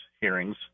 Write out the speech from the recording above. hearings